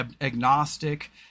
agnostic